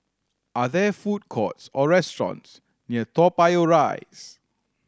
are there food courts or restaurants near Toa Payoh Rise